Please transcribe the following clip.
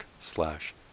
slash